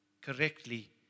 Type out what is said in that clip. correctly